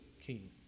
king